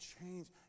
change